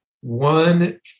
one